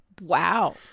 Wow